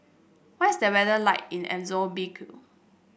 what is the weather like in Mozambique